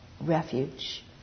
refuge